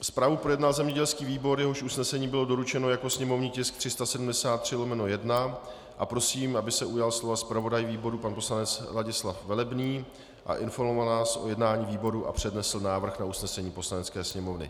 Zprávu projednal zemědělský výbor, jehož usnesení bylo doručeno jako sněmovní tisk 373/1 a prosím, aby se ujal slova zpravodaj výboru pan poslanec Ladislav Velebný a informoval nás o jednání výboru a přednesl návrh na usnesení Poslanecké sněmovny.